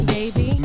baby